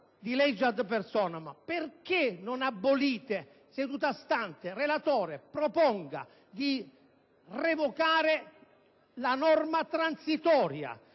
di legge *ad personam*, perché non abolite seduta stante - relatore, proponga di revocarla! - la norma transitoria?